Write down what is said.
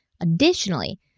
Additionally